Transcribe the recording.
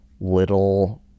little